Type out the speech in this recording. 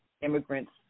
immigrants